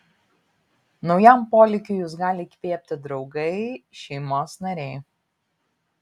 naujam polėkiui jus gali įkvėpti draugai šeimos nariai